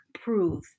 prove